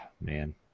man